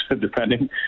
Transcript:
depending